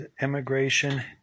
Immigration